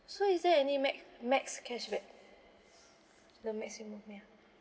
so is there any max max cashback the maximum ya